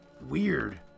Weird